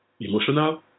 emotional